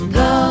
go